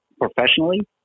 professionally